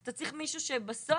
אתה צריך מישהו שבסוף